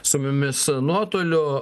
su mumis nuotoliu